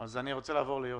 אז אני רוצה להעלות אותו.